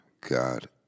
God